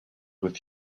with